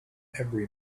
every